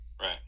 Right